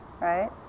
right